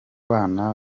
bana